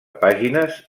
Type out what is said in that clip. pàgines